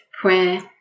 prayer